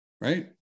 Right